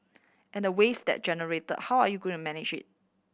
and the waste that generate how are you going manage it